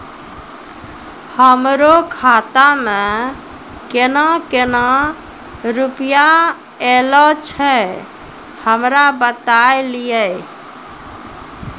हमरो खाता मे केना केना रुपैया ऐलो छै? हमरा बताय लियै?